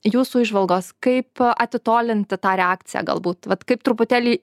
jūsų įžvalgos kaip atitolinti tą reakciją galbūt vat kaip truputėlį